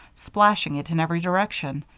splashing it in every direction.